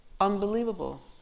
unbelievable